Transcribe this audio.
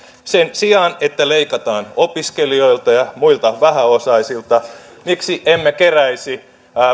sen sijaan että leikataan opiskelijoilta ja muilta vähäosaisilta miksi emme keräisi